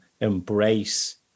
embrace